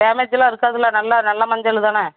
டேமேஜெலாம் இருக்காதுல்ல நல்ல நல்ல மஞ்சள் தானே